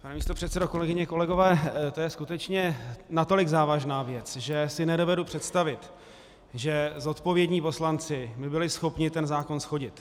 Pane místopředsedo, kolegyně, kolegové, to je skutečně natolik závažná věc, že si nedovedu představit, že zodpovědní poslanci by byli schopni ten zákon shodit.